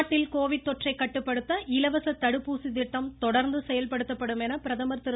நாட்டில் கோவிட் தொற்றை கட்டுப்படுத்த இலவச தடுப்பூசி திட்டம் தொடர்ந்து செயல்படுத்தப்படும் என பிரதமர் திரு